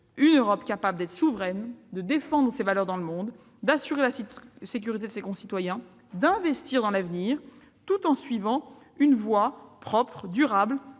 une Europe capable d'être souveraine, de défendre ses valeurs dans le monde, d'assurer la sécurité de ses concitoyens et d'investir dans l'avenir, tout en suivant une voie propre, durable